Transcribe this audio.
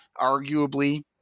arguably